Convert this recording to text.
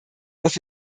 dass